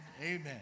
amen